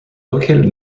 located